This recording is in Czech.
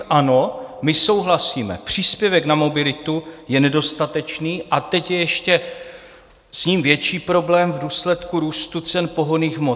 Ano, my souhlasíme, příspěvek na mobilitu je nedostatečný a teď je ještě s ním větší problém v důsledku růstu cen pohonných hmot.